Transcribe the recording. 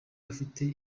afite